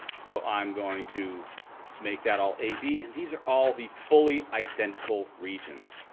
so i'm going to make that all a b and these are all the fully identical regions.